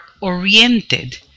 oriented